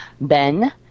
Ben